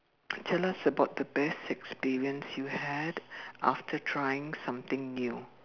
tell us about the best experience you had after trying something new